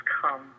come